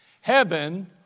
Heaven